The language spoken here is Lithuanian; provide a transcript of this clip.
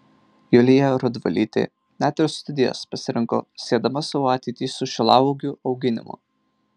julija rudvalytė net ir studijas pasirinko siedama savo ateitį su šilauogių auginimu